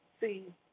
See